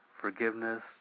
forgiveness